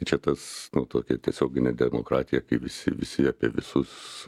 čia tas nu tokia tiesioginė demokratija kai visi visi apie visus